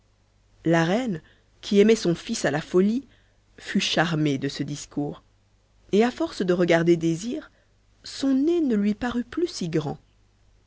la reine qui aimait son fils à la folie fut charmée par ce discours et à force de regarder désir son nez ne lui parut plus si grand